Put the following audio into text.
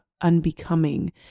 unbecoming